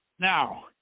Now